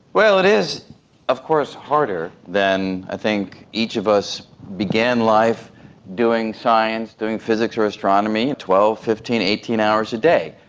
well, it is of course harder. i think each of us began life doing science, doing physics or astronomy, twelve, fifteen, eighteen hours a day,